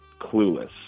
clueless